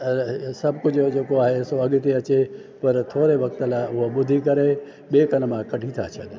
सभु कुझु जेको आहे सो अॻिते अचे पर थोरे वक़्त लाइ उहे ॿुधी करे ॿिए कनि मां कढी था छ्ॾनि